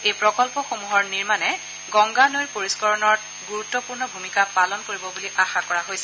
এই প্ৰকল্পসমূহৰ নিৰ্মাণে গংগা নৈৰ পৰিহ্বাৰকৰণৰ গুৰুত্বপূৰ্ণ ভূমিকা পালন কৰিব বুলি আশা কৰা হৈছে